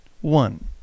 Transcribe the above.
One